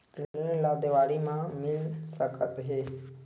ऋण ला देवारी मा मिल सकत हे